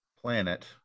planet